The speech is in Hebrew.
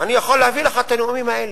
אני יכול להביא לך את הנאומים האלה.